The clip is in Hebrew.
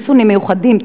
חיסונים מיוחדים,